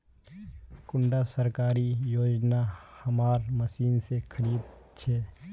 कुंडा सरकारी योजना हमार मशीन से खरीद छै?